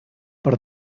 per